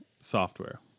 software